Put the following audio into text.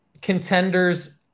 Contenders